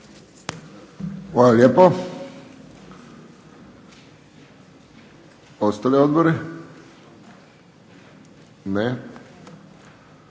Hvala lijepo. Ostali odbori? Ne.